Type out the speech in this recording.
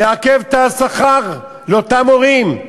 מעכב את השכר לאותם מורים,